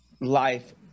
life